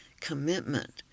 commitment